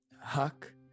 Huck